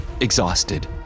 exhausted